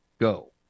go